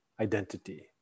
identity